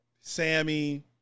Sammy